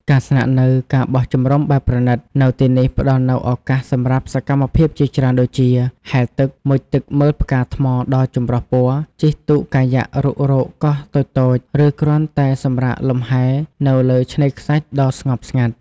ការស្នាក់នៅ ការបោះជំរំបែបប្រណីត នៅទីនេះផ្តល់នូវឱកាសសម្រាប់សកម្មភាពជាច្រើនដូចជា ហែលទឹក មុជទឹកមើលផ្កាថ្មដ៏ចម្រុះពណ៌ ជិះទូកកាយ៉ាក់រុករកកោះតូចៗ ឬគ្រាន់តែសម្រាកលំហែនៅលើឆ្នេរខ្សាច់ដ៏ស្ងប់ស្ងាត់។